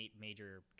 major